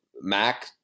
Mac